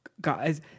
Guys